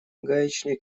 гаечные